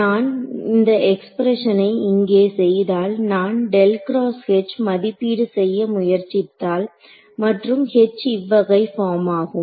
நான் நான் இந்த எக்ஸ்பிரஸனை இங்கே செய்தால் நான் மதிப்பீடு செய்ய முயற்சித்தால் மற்றும் H இவ்வகை பார்ம் ஆகும்